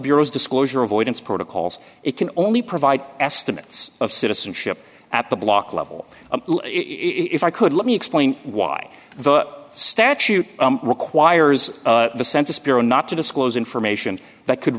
bureau's disclosure avoidance protocols it can only provide estimates of citizenship at the block level if i could let me explain why the statute requires the census bureau not to disclose information that could